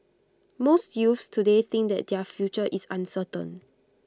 most youths today think that their future is uncertain